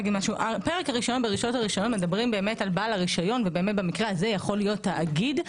בפרק הרישיון מדברים באמת על בעל הרישיון ובמקרה הזה יכול להיות תאגיד,